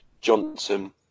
Johnson